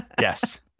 Yes